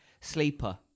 sleeper